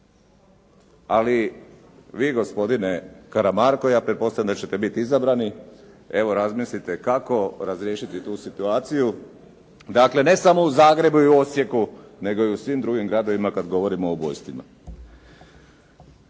Ali vi gospodine Karamarko ja pretpostavljam da ćete biti izabrani, evo razmislite kako razriješiti tu situaciju, dakle ne samo u Zagrebu i Osijeku, nego i u svim drugim gradovima kada govorim o ubojstvima.